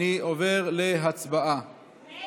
אנטאנס שחאדה, אחמד